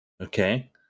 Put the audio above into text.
Okay